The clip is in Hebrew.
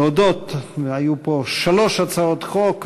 להודות, היו פה שלוש הצעות חוק וצו,